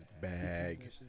bag